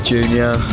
Junior